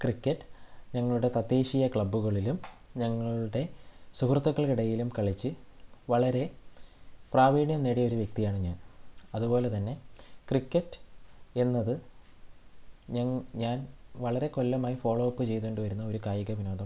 cricket ഞങ്ങളുടെ തദ്ദേശീയ ക്ലബ്ബുകളിലും ഞങ്ങളുടെ സുഹൃത്തുക്കളുടെ ഇടയിലും കളിച്ച് വളരെ പ്രാവീണ്യം നേടിയ ഒരു വ്യക്തിയാണ് ഞാൻ അതുപോലെ തന്നെ ക്രിക്കറ്റ് എന്നത് ഞങ്ങൾ ഞാൻ വളരെ കൊല്ലമായി ഫോളോ അപ്പ് ചെയ്തുകൊണ്ട് വരുന്ന ഒരു കായിക വിനോദമാണ്